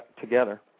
together